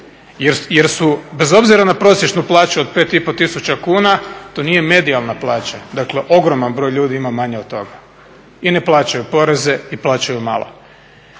Jer su, bez obzira na prosječnu plaću od 5 i pol tisuća kuna to nije medijalna plaća. Dakle, ogroman broj ljudi ima manje od toga i ne plaćaju poreze i plaćaju malo.